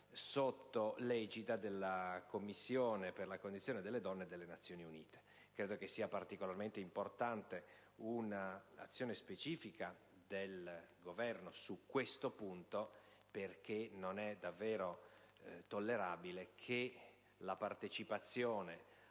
sotto l'egida della Commissione per la condizione delle donne delle Nazioni Unite. Credo sia particolarmente importante un'azione specifica del Governo al riguardo, perché non è davvero tollerabile che la partecipazione